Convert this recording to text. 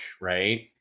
right